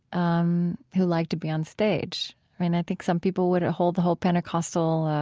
um who liked to be on stage mean, i think some people would hold the whole pentecostal